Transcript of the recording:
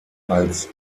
als